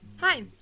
Hi